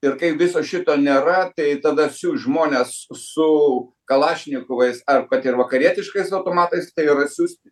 ir kai viso šito nėra tai tada siųst žmones su kalašnikovais ar kad ir vakarietiškais automatais tai yra siųst